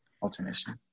alternation